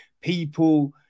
people